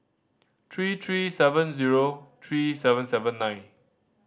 three three seven zero three seven seven nine